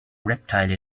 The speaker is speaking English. reptile